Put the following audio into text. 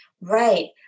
Right